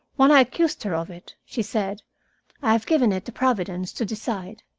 when i accused her of it, she said i have given it to providence to decide.